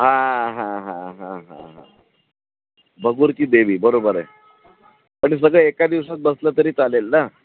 हां हां हां हां हां हां भगूरकी देवी बरोबर आहे पण सगळं एका दिवसात बसलं तरी चालेल ना